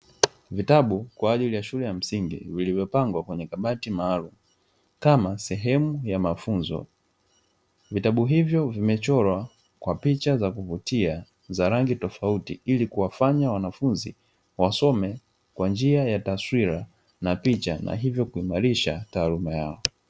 Vitabu kwa ajili ya shule ya msingi, vilivyopangwa kwenye kabati maalumu kama sehemu ya mafunzo. Vitabu hivyo vimechorwa kwa picha za kuvutia za rangi tofauti ili kuwafanya wanafunzi wasome kwa njia ya taswira na picha na hivyo kuimarisha taaluma yao.